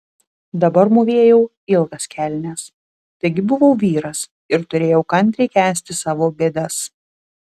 dabar mūvėjau ilgas kelnes taigi buvau vyras ir turėjau kantriai kęsti savo bėdas